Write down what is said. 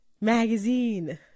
magazine